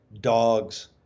dogs